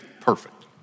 perfect